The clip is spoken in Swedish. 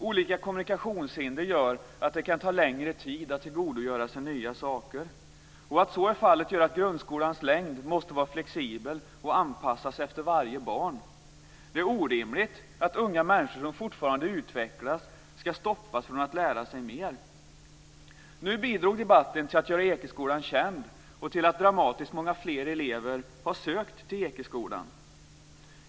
Olika kommunikationshinder gör att det kan ta längre tid att tillgodogöra sig nya saker. Att så är fallet gör att grundskolans längd måste vara flexibel och anpassas efter varje barn. Det är orimligt att unga människor som fortfarande utvecklas ska stoppas från att lära sig mer. Nu bidrog debatten till att göra Ekeskolan känd och till att dramatiskt många fler elever har sökt till Ekeskolan.